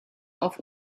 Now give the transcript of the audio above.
auf